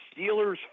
Steelers